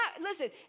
listen